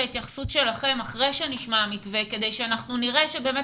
ההתייחסות שלכם אחרי שנשמע המתווה כדי שאנחנו נראה שבאמת